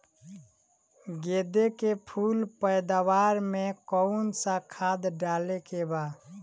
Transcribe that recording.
गेदे के फूल पैदवार मे काउन् सा खाद डाले के बा?